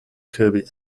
kirby